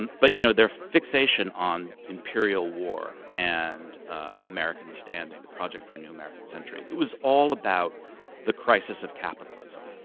and but you know their fixation on imperial war, and american standing, the project for a new american century. it was all about the crisis of capitalism,